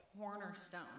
cornerstone